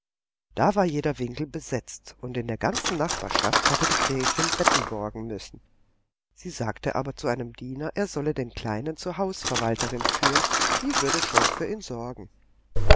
da war jeder winkel besetzt und in der ganzen nachbarschaft hatte die gräfin betten borgen müssen sie sagte aber zu einem diener er solle den kleinen zur hausverwalterin führen die würde schon für ihn sorgen